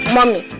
Mommy